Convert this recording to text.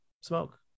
smoke